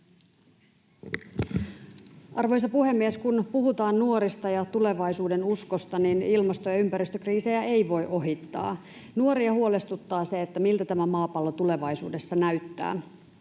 Arvoisa puhemies! Kun puhutaan nuorista ja tulevaisuudenuskosta, niin ilmasto- ja ympäristökriisejä ei voi ohittaa. Nuoria huolestuttaa se, miltä tämä maapallo tulevaisuudessa näyttää.